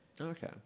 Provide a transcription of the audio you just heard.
okay